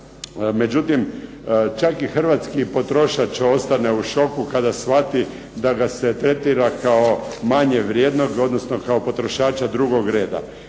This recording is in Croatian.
Međutim, čak i hrvatski potrošač ostane u šoku kada shvati da ga se tretira kao manje vrijednog, odnosno kao potrošača drugog reda.